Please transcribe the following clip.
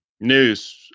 news